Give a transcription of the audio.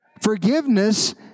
Forgiveness